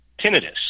tinnitus